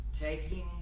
taking